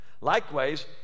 Likewise